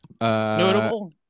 Notable